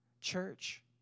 Church